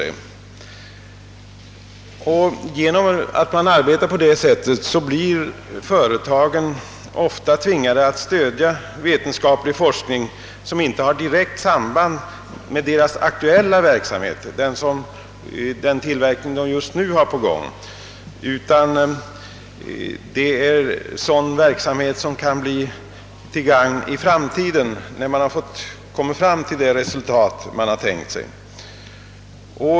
Genom att man arbetar på det sättet blir företagen ofta tvingade att stödja vetenskaplig forskning som inte har direkt samband med deras aktuella verksamhet, med den tillverkning som just pågår. Det gäller många gånger sådan forskning som kan bli till gagn för företaget i framtiden, när man nått det resultat som man tänkt sig.